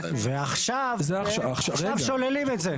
ועכשיו שוללים את זה.